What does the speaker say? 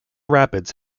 rapids